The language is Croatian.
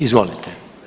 Izvolite.